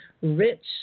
rich